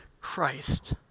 Christ